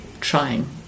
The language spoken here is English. trying